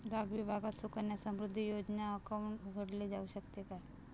डाक विभागात सुकन्या समृद्धी योजना अकाउंट उघडले जाऊ शकते का?